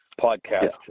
podcast